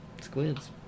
Squids